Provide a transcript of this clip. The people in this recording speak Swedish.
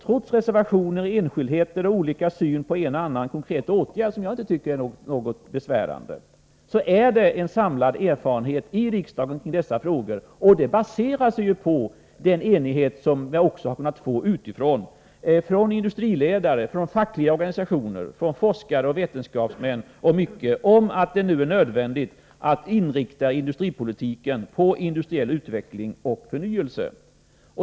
Trots reservationer om enskildheter och olika synsätt när det gäller en eller ännan konkret åtgärd, något som jag inte finner särskilt besvärande, har vi i riksdagen uppnått enighet i dessa frågor, och denna baserar sig på den enighet som uppnåtts bland industriledare, fackliga organisationer, forskare och vetenskapsmän om att det nu är nödvändigt att inrikta industripolitiken på industriell utveckling och förnyelse.